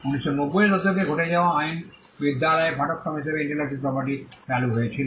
1990 এর দশকে ঘটে যাওয়া আইন বিদ্যালয়ে পাঠ্যক্রম হিসাবে ইন্টেলেকচুয়াল প্রপার্টি চালু হয়েছিল